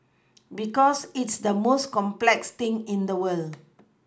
because it's the most complex thing in the world